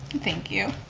thank you.